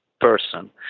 person